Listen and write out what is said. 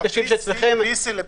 את